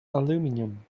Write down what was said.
aluminium